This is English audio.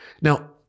Now